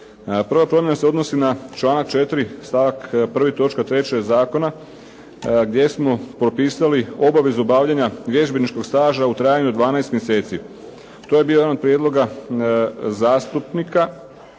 Prva promjena se odnosi na članak 4. stavak 1. točka 3. zakona gdje smo propisali obavezu obavljanja vježbeničkog staža u trajanju od 12 mjeseci. To je bio jedan od prijedloga zastupnika